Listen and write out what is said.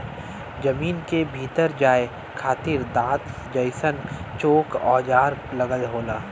जमीन के भीतर जाये खातिर दांत जइसन चोक औजार लगल होला